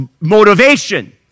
motivation